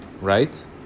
right